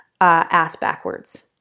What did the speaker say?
ass-backwards